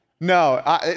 No